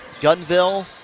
Gunville